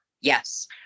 Yes